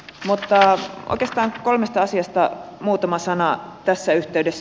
mutta oikeastaan kolmesta asiasta muutama sana tässä yhteydessä